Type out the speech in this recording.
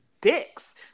dicks